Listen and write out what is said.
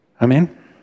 Amen